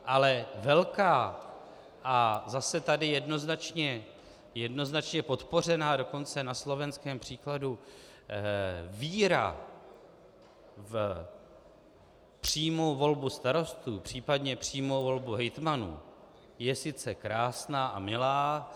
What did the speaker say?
Ale velká a zase tady jednoznačně podpořená, dokonce na slovenském příkladu, víra v přímou volbu starostů, případně přímou volbu hejtmanů, je sice krásná a milá.